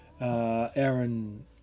Aaron